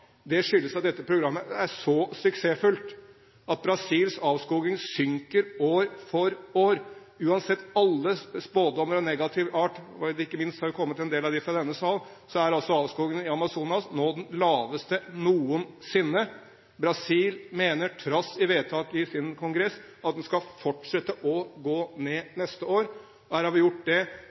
Det skyldes at dette programmet er så suksessfullt at Brasils avskoging synker år for år. Uansett alles spådommer av negativ art – ikke minst er det kommet en del av dem fra denne sal – så er altså avskogingen i Amazonas nå den laveste noensinne. Brasil mener, trass i vedtak i sin kongress, at den skal fortsette å gå ned neste år. Der har vi gjort det